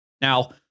Now